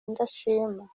indashima